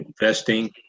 investing